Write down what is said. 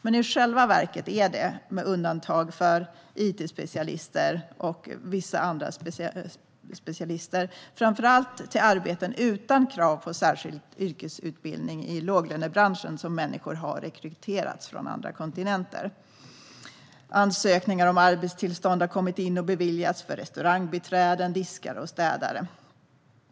Men i själva verket är det, med undantag för it-specialister och vissa andra specialister, framför allt till arbeten utan krav på särskild yrkesutbildning i låglönebranscher som människor har rekryterats från andra kontinenter. Ansökningar om arbetstillstånd har kommit in och beviljats för restaurangbiträden, diskare och städare.